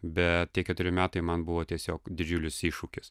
bet tie keturi metai man buvo tiesiog didžiulis iššūkis